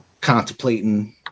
contemplating